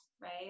right